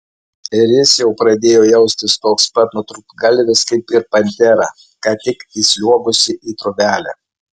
ir jis jau pradėjo jaustis toks pat nutrūktgalvis kaip ir pantera ką tik įsliuogusi į trobelę